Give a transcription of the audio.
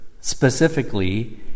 specifically